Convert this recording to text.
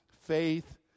faith